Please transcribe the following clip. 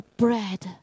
bread